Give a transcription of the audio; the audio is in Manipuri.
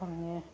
ꯐꯪꯉꯦ